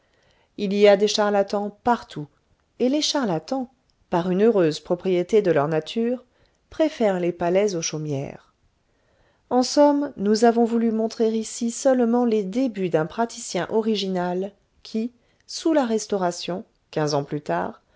il y a des charlatans partout et les charlatans par une heureuse propriété de leur nature préfèrent les palais aux chaumières en somme nous avons voulu montrer ici seulement les débuts d'un praticien original qui sous la restauration quinze ans plus tard